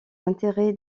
intérêts